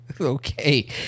Okay